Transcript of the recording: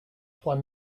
trois